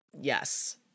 Yes